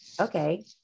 okay